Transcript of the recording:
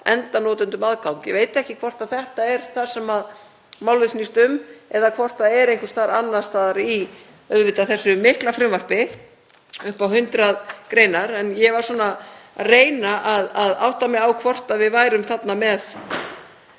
endanotendum aðgang.“ Ég veit ekki hvort þetta er það sem málið snýst um eða hvort það er einhvers staðar annars staðar í þessu mikla frumvarpi upp á hundrað greinar. Ég var að reyna að átta mig á hvort við værum þarna með